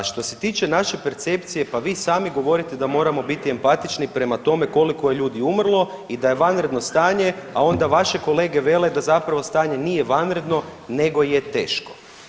Što se tiče naše percepcije, pa vi sami govorite da moramo biti empatični prema toliko je ljudi umrlo i da je vanredno stanje, a onda vaše kolege vele da zapravo stanje nije vanredno, nego je teško.